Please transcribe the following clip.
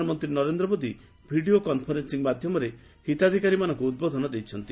ପ୍ରଧାନମନ୍ତ୍ରୀ Narendra Modi video conferencing ମାଧ୍ୟମରେ ହିତାଧିକାରୀମାନଙ୍କୁ ଉଦ୍ବୋଧନ ଦେଇଛନ୍ତି